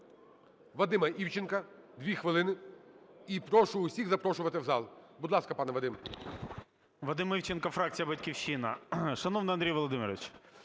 Вадима Івченко, 2 хвилини. І прошу всіх запрошувати в зал. Будь ласка, пане Вадим.